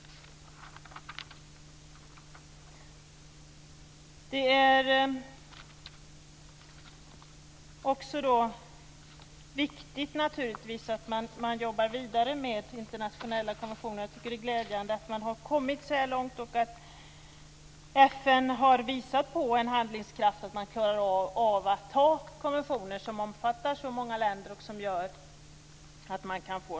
Det är naturligtvis också viktigt att man jobbar vidare med internationella konventioner. Jag tycker att det är glädjande att man har kommit så här långt och att FN har visat sig ha handlingskraft nog att klara av att ta konventioner som omfattar så här många länder.